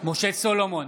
משה סולומון,